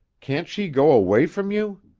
can't she go away from you?